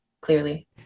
clearly